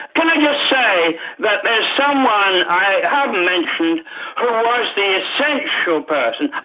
can i just say that there is someone i haven't mentioned who was the essential person.